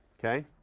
okay?